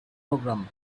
program